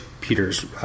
Peter's